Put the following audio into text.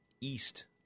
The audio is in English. east